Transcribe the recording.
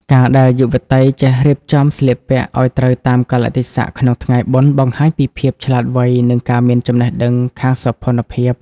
ការដែលយុវតីចេះ "រៀបចំស្លៀកពាក់ឱ្យត្រូវតាមកាលៈទេសៈ" ក្នុងថ្ងៃបុណ្យ បង្ហាញពីភាពឆ្លាតវៃ និងការមានចំណេះដឹងខាងសោភ័ណភាព។